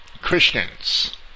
Christians